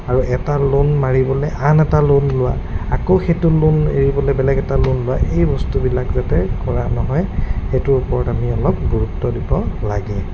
আৰু এটা লোন মাৰিবলৈ আন এটা লোন লোৱা আকৌ সেইটো লোন এৰিবলৈ বেলেগ এটা লোন লোৱা এই বস্তুবিলাক যাতে কৰা নহয় সেইটোৰ ওপৰত আমি অলপ গুৰুত্ব দিব লাগে